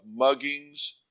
Muggings